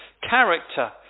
character